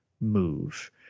move